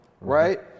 right